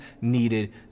needed